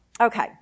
Okay